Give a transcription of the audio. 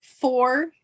four